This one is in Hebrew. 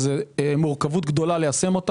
זו מורכבות גדולה ליישמה.